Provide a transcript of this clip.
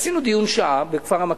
עשינו דיון של שעה בכפר-המכבייה,